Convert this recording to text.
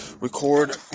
record